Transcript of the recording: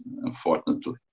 unfortunately